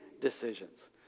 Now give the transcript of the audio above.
decisions